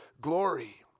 glory